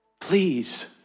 Please